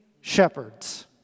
shepherds